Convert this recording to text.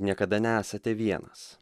niekada nesate vienas